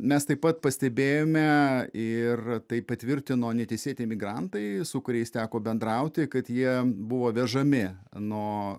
mes taip pat pastebėjome ir tai patvirtino neteisėti imigrantai su kuriais teko bendrauti kad jie buvo vežami nuo